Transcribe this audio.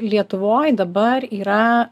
lietuvoj dabar yra